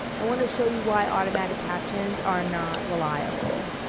i want to show you why automatic captions are not reliable.